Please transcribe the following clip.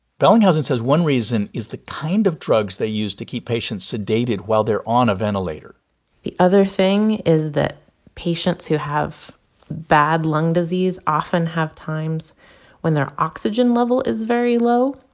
bellinghausen says one reason is the kind of drugs they use to keep patients sedated while they're on a ventilator the other thing is that patients who have bad lung disease often have times when their oxygen level is very low.